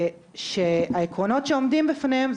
שהעקרונות שעומדים בפניהם,